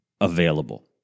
available